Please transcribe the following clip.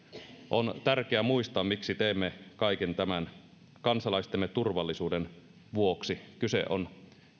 on tärkeä muistaa miksi teemme kaiken tämän kansalaistemme turvallisuuden vuoksi kyse on